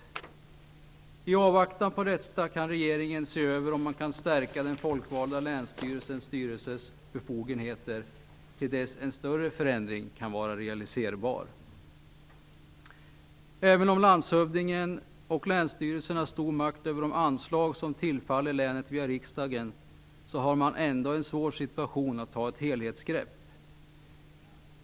I avvaktan på att en större förändring kan vara realiserbar kan regeringen se över om man kan stärka den folkvalda Länsstyrelsens styrelses befogenheter. Även om landshövdingen och länsstyrelsen har stor makt över de anslag som tillfaller länet via riksdagen har man ändå svårt att ta ett helhetsgrepp.